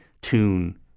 tune